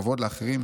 כבוד לאחרים,